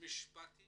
משפטי